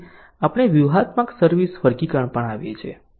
પછી આપણે વ્યૂહાત્મક સર્વિસ વર્ગીકરણ પર આવીએ છીએ